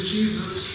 Jesus